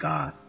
God